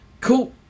cool